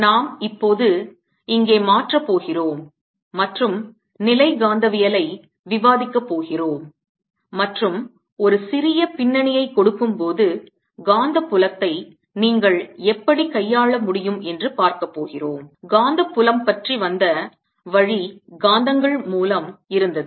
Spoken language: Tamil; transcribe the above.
நாம் இப்போது இங்கே மாற்றப் போகிறோம் மற்றும் நிலை காந்தவியல் ஐ மேக்னடோஸ்டேட்டிக்ஸ் விவாதிக்கப் போகிறோம் மற்றும் ஒரு சிறிய பின்னணியை கொடுக்கும்போது காந்த புலத்தை நீங்கள் எப்படி கையாள முடியும் என்று பார்க்கப் போகிறோம் காந்தப் புலம் பற்றி வந்த வழி காந்தங்கள் மூலம் இருந்தது